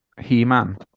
He-Man